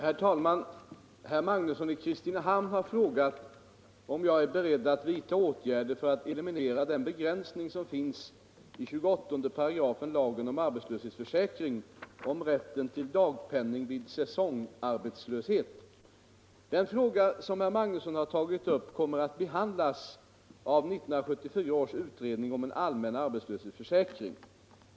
Herr talman! Herr Magnusson i Kristinehamn har frågat om jag är beredd att vidta åtgärder för att eliminera den begränsning som finns i 28§ lagen om arbetslöshetsförsäkring i rätten till dagpenning vid säsongarbetslöshet. Den fråga som herr Magnusson har tagit upp kommer att behandlas av 1974 års utredning om en allmän arbetslöshetsförsäkring.